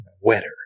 wetter